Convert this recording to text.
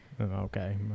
Okay